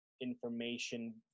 information